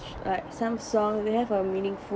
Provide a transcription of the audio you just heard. alright some song they have a meaningful~